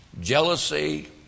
jealousy